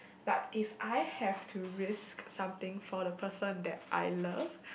but if I have to risk something for the person that I love